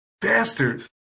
bastard